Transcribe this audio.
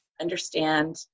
understand